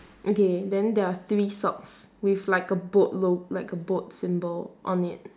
okay then there are three socks with like a boat lo~ like a boat symbol on it